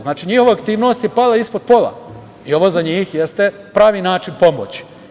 Znači, njihova aktivnost je pala ispod pola i ovo za njih jeste pravi način pomoći.